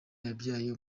yabyaye